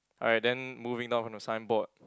alright then moving down from the signboard